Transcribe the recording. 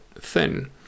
thin